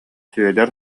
сүөдэр